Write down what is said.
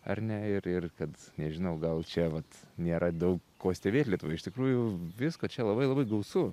ar ne ir ir kad nežinau gal čia vat nėra daug ko stebėt lietuvoj iš tikrųjų visko čia labai labai gausu